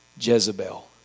Jezebel